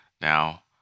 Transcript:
now